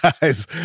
guys